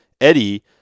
Eddie